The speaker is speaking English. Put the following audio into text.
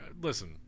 Listen